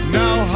now